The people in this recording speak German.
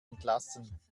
entlassen